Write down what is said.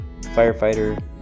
firefighter